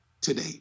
today